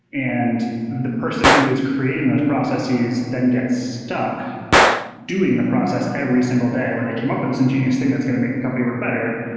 and the person who is creating those processes then gets stuck doing the process every single day, where they came up with this ingenious thing that's going to make the company work better,